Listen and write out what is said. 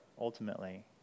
ultimately